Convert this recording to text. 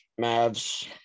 Mavs